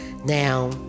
Now